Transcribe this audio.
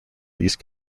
these